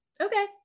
okay